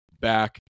back